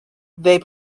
they